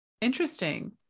interesting